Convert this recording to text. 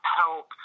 help